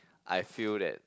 I feel that